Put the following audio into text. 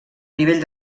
nivell